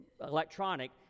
electronic